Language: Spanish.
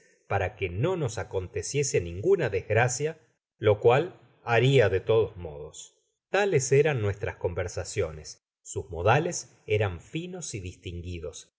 para que no nos aconteciese ninguna desgracia lo cual haria de todos modos tales eran nuestras conversaciones sus modales eran finos y distinguidos